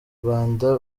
rwanda